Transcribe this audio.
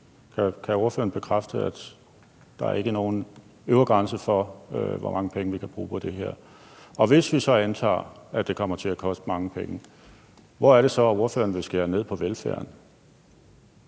Kan ordføreren bekræfte, at der ikke er nogen øvre grænse for, hvor mange penge vi kan bruge på det her? Og hvis vi så antager, at det kommer til at koste mange penge, hvor er det så, ordføreren vil skære ned på velfærden?